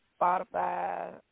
Spotify